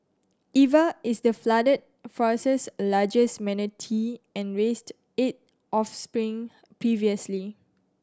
Eva is the Flooded Forest's largest manatee and raised eight offspring previously